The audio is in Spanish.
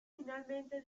finalmente